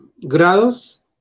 grados